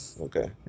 Okay